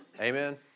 Amen